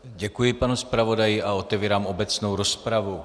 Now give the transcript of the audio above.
Děkuji panu zpravodaji a otevírám obecnou rozpravu.